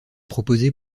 proposées